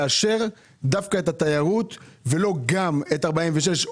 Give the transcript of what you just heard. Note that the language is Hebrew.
הכנסת לאשר דווקא את התיירות ולא גם את סעיף 46,